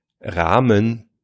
Rahmen